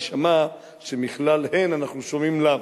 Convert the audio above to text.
יישמע שמכלל הן אנחנו שומעים לאו.